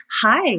Hi